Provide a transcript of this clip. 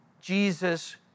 Jesus